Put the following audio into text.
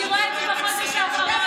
אני רואה את זה בחודש האחרון,